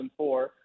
2004